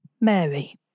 Mary